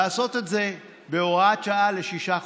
לעשות את זה בהוראת שעה לשישה חודשים,